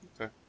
Okay